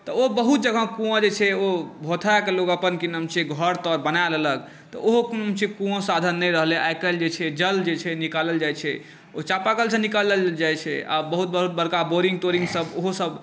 तऽ ओ बहुत जगह कुआँ जे छै ओ भोथाए कऽ लोक अपन की नाम छियै घर तर बनाए लेलक तऽ ओहो की नाम छियै कुआँ साधन नहि रहलै आइ काल्हि जे छै जल जे छै निकालल जाइत छै ओ चापाकलसँ निकालल जाइत छै आ बहुत बहुत बड़का बोरिङ्ग तोरिङ्गसभ ओहोसभ